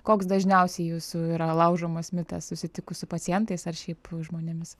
koks dažniausiai jūsų yra laužomas mitas susitikus su pacientais ar šiaip žmonėmis